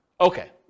Okay